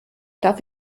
darf